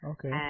Okay